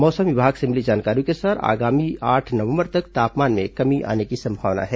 मौसम विभाग से मिली जानकारी के अनुसार आगामी आठ नवंबर तक तापमान में कमी आने की संभावना है